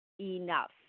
enough